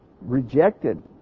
rejected